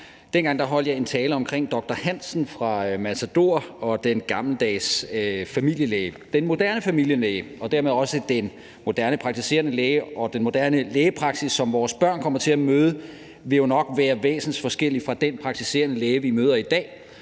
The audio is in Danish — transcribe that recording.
Dengang holdt jeg en tale om doktor Hansen fra Matador og den gammeldags familielæge. Den moderne familielæge og dermed også den moderne praktiserende læge og den moderne lægepraksis, som vores børn kommer til at møde, vil jo nok være væsensforskellig fra den praktiserende læge, vi møder i dag,